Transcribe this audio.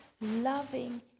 loving